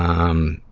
um,